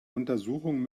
untersuchung